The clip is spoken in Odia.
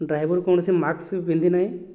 ଡ୍ରାଇଭର କୌଣସି ମାକ୍ସ ବି ପିନ୍ଧିନାହିଁ